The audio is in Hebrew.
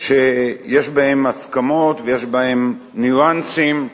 שיש בהן הסכמות ויש בהן ניואנסים,